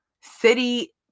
city